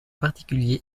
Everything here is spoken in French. particulier